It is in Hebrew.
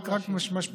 רק ממש בקצרה,